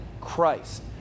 Christ